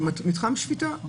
מתחם שפיטה.